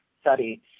study